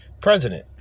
president